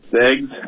eggs